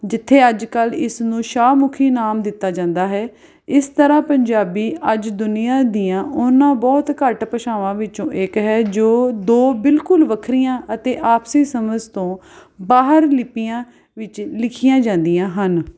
ਜਿੱਥੇ ਅੱਜ ਕੱਲ੍ਹ ਇਸ ਨੂੰ ਸ਼ਾਹਮੁਖੀ ਨਾਮ ਦਿੱਤਾ ਜਾਂਦਾ ਹੈ ਇਸ ਤਰ੍ਹਾਂ ਪੰਜਾਬੀ ਅੱਜ ਦੁਨੀਆਂ ਦੀਆਂ ਉਹਨਾਂ ਬਹੁਤ ਘੱਟ ਭਾਸ਼ਾਵਾਂ ਵਿੱਚੋਂ ਇੱਕ ਹੈ ਜੋ ਦੋ ਬਿਲਕੁਲ ਵੱਖਰੀਆਂ ਅਤੇ ਆਪਸੀ ਸਮਝ ਤੋਂ ਬਾਹਰ ਲਿਪੀਆਂ ਵਿੱਚ ਲਿਖੀਆਂ ਜਾਂਦੀਆਂ ਹਨ